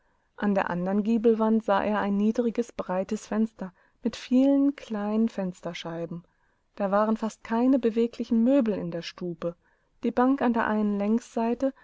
feuerherdundwarsoschmal daßsiefasteinerlukeähnelte anderandern giebelwand sah er ein niedriges breites fenster mit vielen kleinen fensterscheiben da waren fast keine beweglichen möbel in der stube die bankandereinenlängsseiteunddertischunterdemfensterwarenanden wändenbefestigt ebensodasgroßebett